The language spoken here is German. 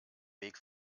weg